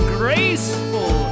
graceful